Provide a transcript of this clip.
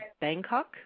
bangkok